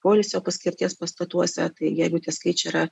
poilsio paskirties pastatuose tai jeigu tie skaičiai yra